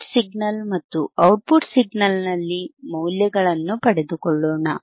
input signal ಮತ್ತು output ಸಿಗ್ನಲ್ನಲ್ಲಿ ಮೌಲ್ಯಗಳನ್ನು ಪಡೆದುಕೊಳ್ಳೋಣ